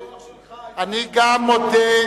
אם הרוח שלך היתה קובעת פה,